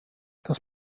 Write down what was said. das